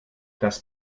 das